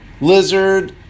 Lizard